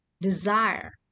desire